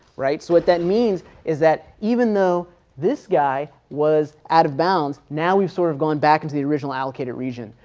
right. so what that means is that even though this guy was out of bounds, now we sort of going back and to the original allocated region,